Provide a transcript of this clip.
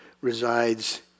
resides